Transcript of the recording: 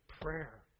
prayer